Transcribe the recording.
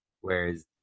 Whereas